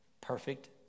Perfect